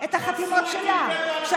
את החתימות שלה, מנסור הטיל וטו על החתימות.